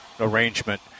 arrangement